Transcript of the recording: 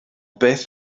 beth